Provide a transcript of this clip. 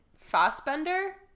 fassbender